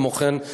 וכן,